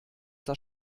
das